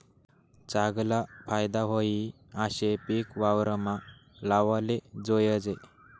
चागला फायदा व्हयी आशे पिक वावरमा लावाले जोयजे